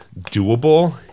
doable